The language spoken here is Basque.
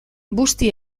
busti